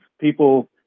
people